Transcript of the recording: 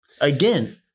Again